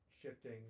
shifting